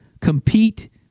compete